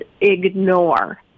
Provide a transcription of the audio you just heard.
ignore